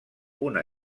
una